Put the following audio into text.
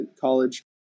college